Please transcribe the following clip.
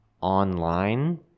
online